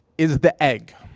is the egg.